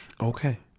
Okay